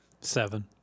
seven